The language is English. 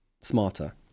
smarter